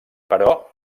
però